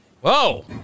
Whoa